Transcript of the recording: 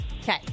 Okay